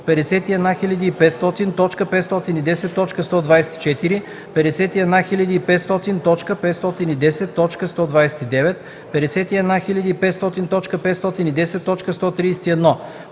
51500.510.124; 51500.510.129; 51500.510.131;